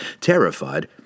Terrified